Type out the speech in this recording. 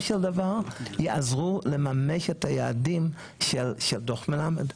של דבר יעזרו לממש את היעדים של דוח מלמד,